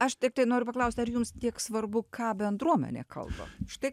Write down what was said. aš tiktai noriu paklausti ar jums tiek svarbu ką bendruomenė kalba štai